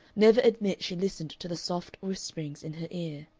never admit she listened to the soft whisperings in her ear.